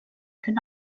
could